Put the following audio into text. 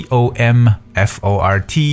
Comfort